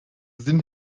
sinn